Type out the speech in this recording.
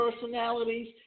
personalities